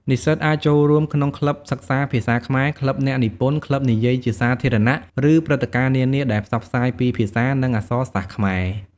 និស្សិតអាចចូលរួមក្នុងក្លឹបសិក្សាភាសាខ្មែរ ក្លឹបអ្នកនិពន្ធ ក្លឹបនិយាយជាសាធារណៈ ឬព្រឹត្តិការណ៍នានាដែលផ្សព្វផ្សាយពីភាសា និងអក្សរសាស្ត្រខ្មែរ។